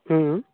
ᱦᱩᱸ